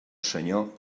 senyor